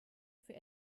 für